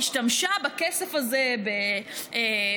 היא השתמשה בכסף הזה בתבונה,